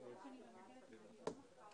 ואני שמח מאוד שהם הסכימו לבוא,